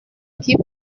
qui